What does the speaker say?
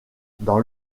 dans